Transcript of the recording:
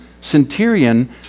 centurion